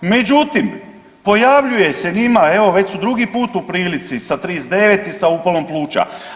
Međutim, pojavljuje se njima, evo već su drugi put u prilici sa 39 i sa upalom pluća.